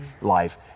life